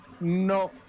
no